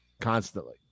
Constantly